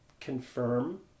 confirm